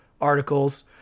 articles